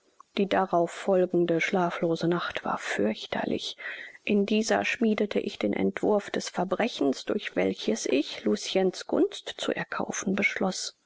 die darauf folgende schlaflose nacht war fürchterlich in dieser schmiedete ich den entwurf des verbrechens durch welches ich luciens gunst zu erkaufen beschloß